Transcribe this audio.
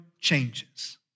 changes